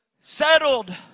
Settled